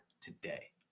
today